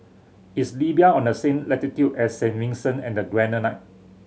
is Libya on the same latitude as Saint Vincent and the Grenadines